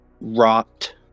rot